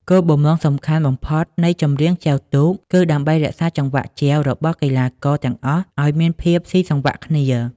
គោលបំណងសំខាន់បំផុតនៃចម្រៀងចែវទូកគឺដើម្បី រក្សាចង្វាក់ចែវ របស់កីឡាករទាំងអស់ឲ្យមានភាពស៊ីសង្វាក់គ្នា។